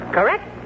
Correct